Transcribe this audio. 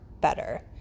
better